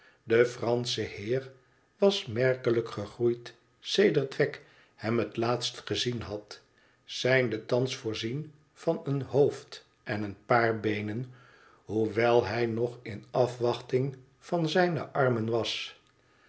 de fransche heer was merkelijk gegroeid sedert wegg hem het laatst gezien had zijnde thans voorzien van een hoofd en een paar beenen hoewel hij nog in afwachting van zijne armen was